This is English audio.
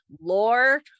lore